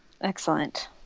Excellent